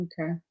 Okay